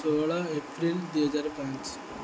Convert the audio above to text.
ଷୋହଳ ଏପ୍ରିଲ ଦୁଇହଜାର ପାଞ୍ଚ